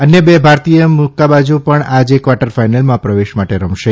અન્ય બે ભારતીય મુક્કાબાજા પણ આજે કવાર્ટર ફાઇનલમાં પ્રવેશ માટે રમશે